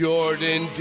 Jordan